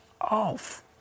off